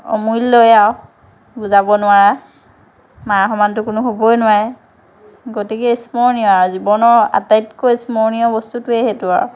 অমূল্যই আৰু বুজাব নোৱাৰা মাৰ সমানতো কোনো হ'বই নোৱাৰে গতিকে স্মৰণীয় আৰু জীৱনৰ আটাইতকৈ স্মৰণীয় বস্তুটোৱেই সেইটো আৰু